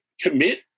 commit